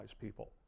people